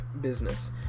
business